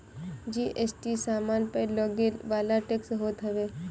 GST सामान पअ लगेवाला टेक्स होत हवे